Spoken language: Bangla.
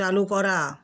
চালু করা